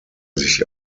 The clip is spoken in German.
sich